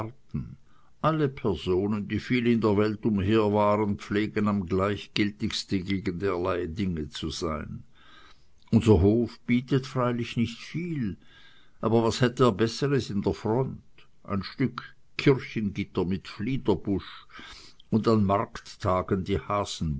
alle personen die viel in der welt umher waren pflegen am gleichgültigsten gegen derlei dinge zu sein unser hof bietet freilich nicht viel aber was hätt er besseres in der front ein stück kirchengitter mit fliederbusch und an markttagen die hasenbude